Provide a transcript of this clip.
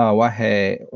ah wahei